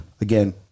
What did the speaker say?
Again